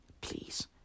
please